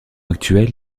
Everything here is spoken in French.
actuel